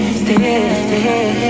stay